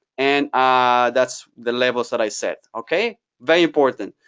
and ah that's the levels that i set, okay? very important.